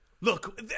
Look